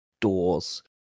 doors